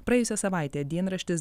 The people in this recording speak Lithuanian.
praėjusią savaitę dienraštis